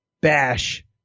bash